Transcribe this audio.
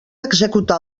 executar